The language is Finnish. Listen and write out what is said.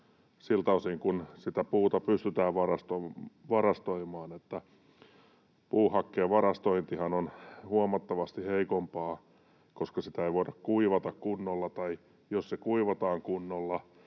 siltä osin kuin sitä puuta pystytään varastoimaan. Puuhakkeen varastointihan on huomattavasti heikompaa, koska sitä ei voida kuivata kunnolla, tai jos se kuivataan kunnolla,